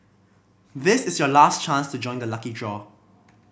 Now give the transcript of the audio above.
this is your last chance to join the lucky draw